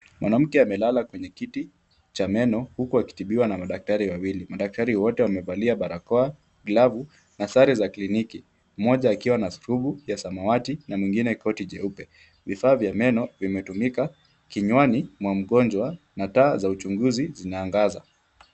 Mwanamke amelala kwenye kiti cha meno huku akitibiwa na madaktari wawili. Madaktari wote wamevalia barakoa, glavu na sare za kliniki mmoja akiwa na scrubu ya samawati na mwingine koti jeupe. Vifaa vya meno vimetumika kinywani mwa mgonjwa na taa za uchunguzi zinaangaza.